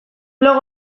blog